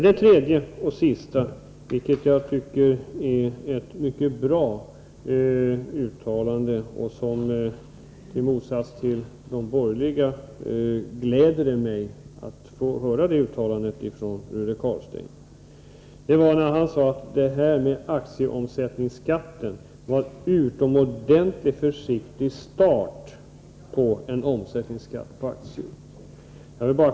Den tredje och sista punkten avser ett uttalande av Rune Carlstein som jag, i motsats till de borgerliga, gläder mig åt att ha fått höra. Rune Carlstein sade att aktieomsättningsskatten nu var en utomordentligt försiktig start när det gäller en omsättningsskatt på aktier.